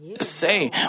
say